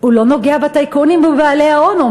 הוא לא נוגע בטייקונים ובבעלי ההון.